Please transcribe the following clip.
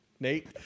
Nate